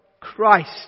Christ